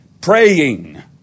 Praying